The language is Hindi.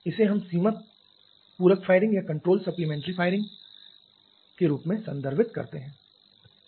इसे हम सीमित पूरक फायरिंग या नियंत्रित सप्लीमेंट्री फायरिंग के रूप में संदर्भित करते हैं